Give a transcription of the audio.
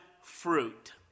fruit